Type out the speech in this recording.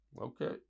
Okay